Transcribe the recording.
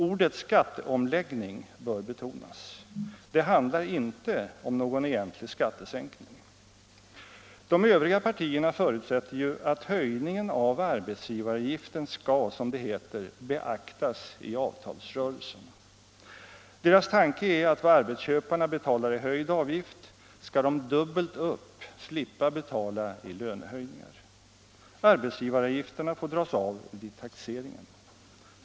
Ordet skatteomläggning bör betonas. Det handlar inte om någon egentlig skattesänkning. De övriga partierna förutsätter ju att höjningen av arbetsgivaravgiften skall, som det heter, beaktas i avtalsrörelsen. Deras tanke är att vad arbetsköparna betalar i höjd avgift skall de dubbelt upp slippa betala i lönehöjningar. Arbetsgivaravgifterna får dras av vid taxeringen.